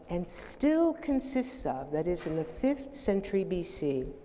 and still consists of, that is in the fifth century bc,